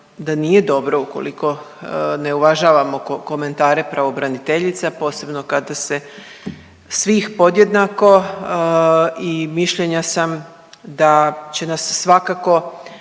da nije dobro, ukoliko ne uvažavamo komentare pravobraniteljica, posebno kada se svih podjednako i mišljenja sam da će nas svakako